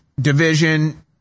division